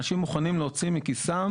אנשים מוכנים להוציא מכיסם.